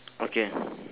okay